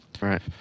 right